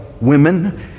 women